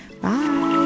bye